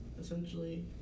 essentially